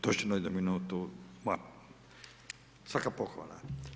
Točno jednu minutu, svaka pohvala.